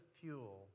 fuel